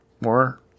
More